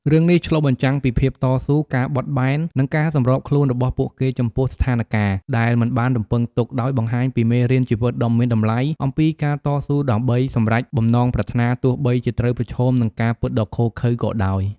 រឿងនេះឆ្លុះបញ្ចាំងពីភាពតស៊ូ ការបត់បែន និងការសម្របខ្លួនរបស់ពួកគេចំពោះស្ថានការណ៍ដែលមិនបានរំពឹងទុក ដោយបង្ហាញពីមេរៀនជីវិតដ៏មានតម្លៃអំពីការតស៊ូដើម្បីសម្រេចបំណងប្រាថ្នា ទោះបីជាត្រូវប្រឈមនឹងការពិតដ៏ឃោរឃៅក៏ដោយ។